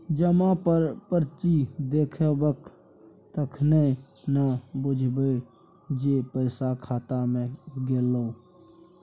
जमा पर्ची देखेबहक तखने न बुझबौ जे पैसा खाता मे गेलौ